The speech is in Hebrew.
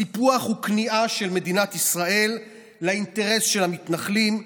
הסיפוח הוא כניעה של מדינת ישראל לאינטרס של המתנחלים,